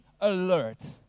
alert